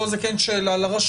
פה זה כן שאלה לרשות,